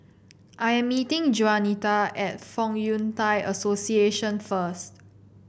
I am meeting Juanita at Fong Yun Thai Association first